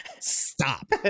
stop